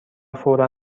فورا